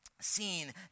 seen